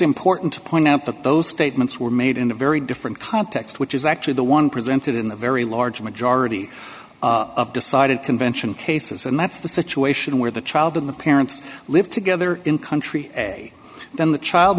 important to point out that those statements were made in a very different context which is actually the one presented in the very large majority of decided convention cases and that's the situation where the child and the parents live together in country a then the child